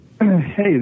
hey